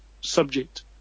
subject